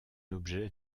objet